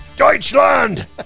Deutschland